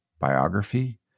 biography